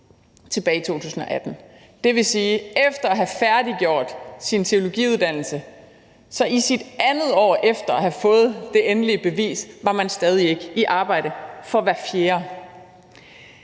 tilbage i 2018. Det vil sige, at efter at have færdiggjort sin teologiuddannelse var hver fjerde i sit andet år efter at have fået det endelige bevis stadig ikke i arbejde. Det er